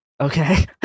Okay